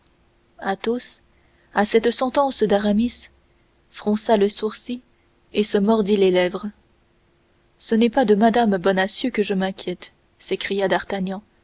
misères athos à cette sentence d'aramis fronça le sourcil et se mordit les lèvres ce n'est point de mme bonacieux que je m'inquiète s'écria d'artagnan